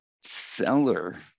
seller